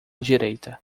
direita